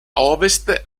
ovest